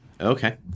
okay